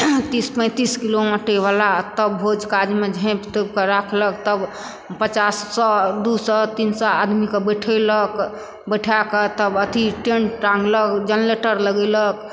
तीस पैंतिस किलो अँटे बला तब भोज काज मे झाँपि तोपि के राखलक तब पचास सए दू सए तीन सए आदमी के बैठेलक बैठा कऽ तब अथि टेंट टांगलक जनरेटर लगेलक